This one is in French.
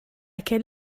quelle